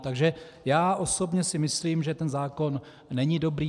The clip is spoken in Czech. Takže já osobně si myslím, že zákon není dobrý.